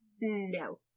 no